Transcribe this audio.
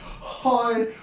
hi